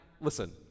listen